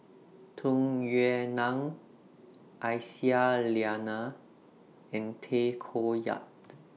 Tung Yue Nang Aisyah Lyana and Tay Koh Yat